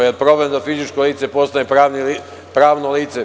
Jel problem da fizičko lice postane pravno lice?